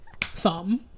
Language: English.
thumb